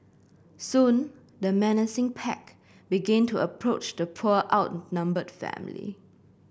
soon the menacing pack began to approach the poor outnumbered family